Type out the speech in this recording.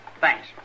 Thanks